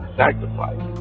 sacrifice